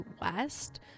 West